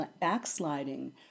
backsliding